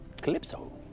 Calypso